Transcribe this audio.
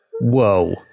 Whoa